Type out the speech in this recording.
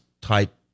type